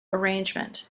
arrangement